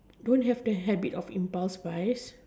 don't have the habit of impulse buy